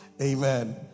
Amen